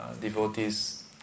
devotees